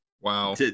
Wow